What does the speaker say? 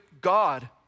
God